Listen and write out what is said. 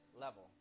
level